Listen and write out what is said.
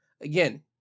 again